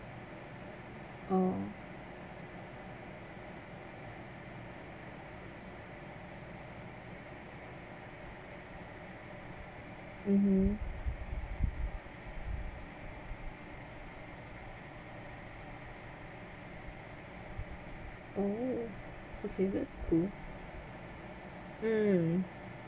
oh mmhmm oh okay that's cool mm